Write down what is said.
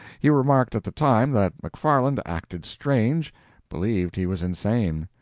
he remarked at the time that mcfarland acted strange believed he was insane.